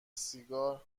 سیگار